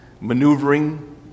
maneuvering